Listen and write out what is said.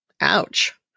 ouch